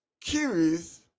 curious